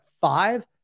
five